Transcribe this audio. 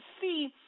see